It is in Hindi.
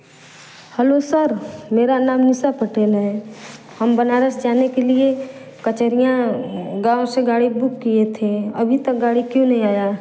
हेलो सर मेरा नाम निशा पटेल है हम बनारस जाने के लिए कचैनिया गाँव से गाड़ी बुक किए थे अभी तक गाड़ी क्यों नहीं आया